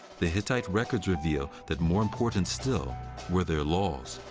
the hittite records reveal that more important still were their laws.